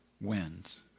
wins